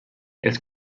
els